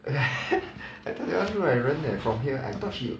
I thought that [one] look like 人 leh from here